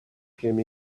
came